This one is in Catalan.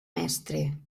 mestre